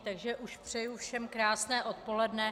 Takže už přeju všem krásné odpoledne.